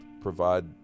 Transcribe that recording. provide